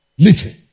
Listen